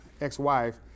ex-wife